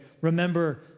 Remember